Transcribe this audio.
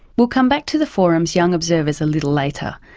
we'll come back to the forum's young observers a little later.